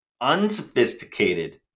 unsophisticated